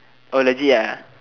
oh legit ah